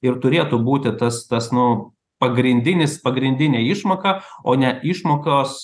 ir turėtų būti tas tas nu pagrindinis pagrindinė išmoka o ne išmokos